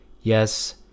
Yes